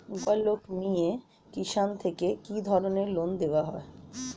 গোপালক মিয়ে কিষান থেকে কি ধরনের লোন দেওয়া হয়?